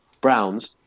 Browns